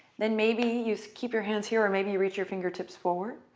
then maybe you keep your hands here, or maybe you reach your fingertips forward.